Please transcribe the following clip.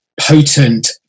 potent